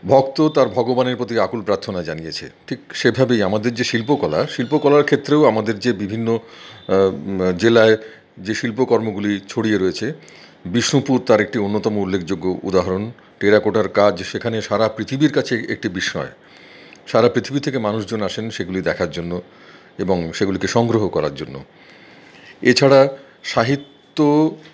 ভক্ত তার ভগবানের প্রতি আকুল প্রার্থনা জানিয়েছে ঠিক সেভাবেই আমাদের যে শিল্পকলা শিল্পকলার ক্ষেত্রেও আমাদের যে বিভিন্ন জেলায় যে শিল্পকর্মগুলি ছড়িয়ে রয়েছে বিষ্ণুপুর তার একটি অন্যতম উল্লেখযোগ্য উদাহরণ টেরাকোটার কাজ সেখানে সারা পৃথিবীর কাছে একটি বিস্ময় সারা পৃথিবী থেকে মানুষজন আসেন সেগুলি দেখার জন্য এবং সেগুলিকে সংগ্রহ করার জন্য এছাড়া সাহিত্য